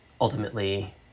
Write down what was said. ultimately